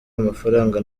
amafaranga